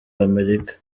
amerika